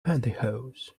pantyhose